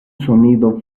sonido